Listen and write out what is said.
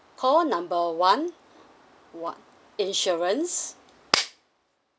call number one one insurance